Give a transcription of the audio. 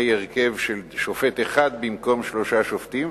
הרכב של שופט אחד במקום שלושה שופטים,